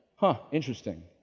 huh, interesting.